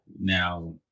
now